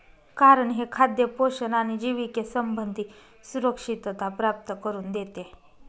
कारण हे खाद्य पोषण आणि जिविके संबंधी सुरक्षितता प्राप्त करून देते